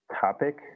topic